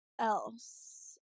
else